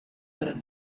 para